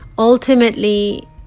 Ultimately